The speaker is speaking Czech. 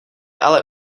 ale